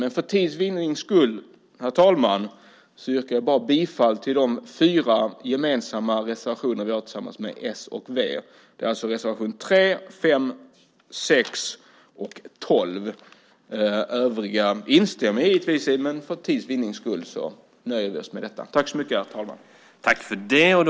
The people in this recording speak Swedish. Men för tids vinnande yrkar jag, herr talman, bifall bara till de fyra reservationer som vi har tillsammans med s och v. Det gäller då reservationerna 3, 5, 6 och 12. Övriga instämmer vi givetvis i, men för tids vinnande nöjer vi oss, som sagt, med detta.